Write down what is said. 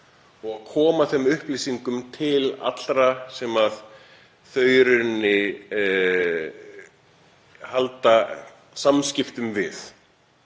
og koma þeim upplýsingum til allra sem þau eru í samskiptum við.